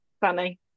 Funny